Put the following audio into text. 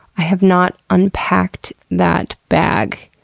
i have not unpacked that bag.